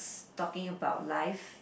~s talking about life